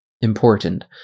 important